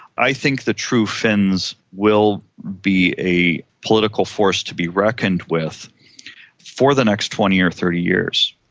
i think the true finns will be a political force to be reckoned with for the next twenty or thirty years.